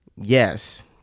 Yes